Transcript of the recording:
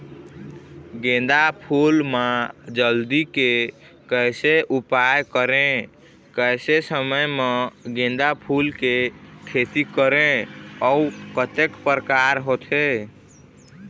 गेंदा फूल मा जल्दी के कैसे उपाय करें कैसे समय मा गेंदा फूल के खेती करें अउ कतेक प्रकार होथे?